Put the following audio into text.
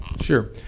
Sure